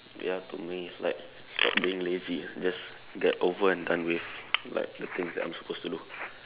ya to me it's like stop being lazy just get over and done with like the things that I'm supposed to do